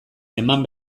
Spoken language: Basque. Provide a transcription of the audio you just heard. eman